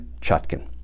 chutkin